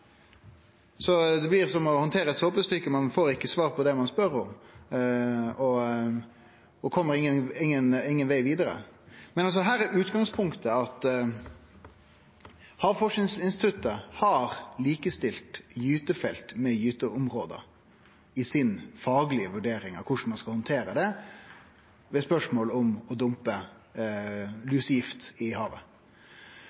blir som å handtere eit såpestykke – ein får ikkje svar på det ein spør om, og kjem ingen veg vidare. Her er utgangspunktet at Havforskingsinstituttet har likestilt gytefelt med gyteområde i den faglege vurderinga si av korleis ein skal handtere det ved spørsmål om å dumpe